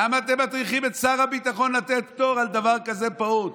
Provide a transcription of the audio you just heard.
למה אתם מטריחים את שר הביטחון לתת פטור על דבר כזה פעוט?